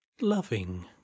loving